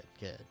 good